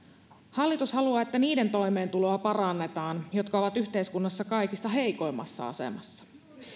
hallitus haluaa että niiden toimeentuloa parannetaan jotka ovat yhteiskunnassa kaikista heikoimmassa asemassa